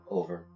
over